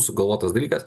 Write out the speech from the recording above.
sugalvotas dalykas